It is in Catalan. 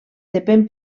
depèn